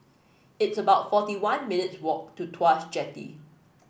it's about forty one minutes walk to Tuas Jetty